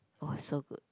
orh so good